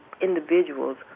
individuals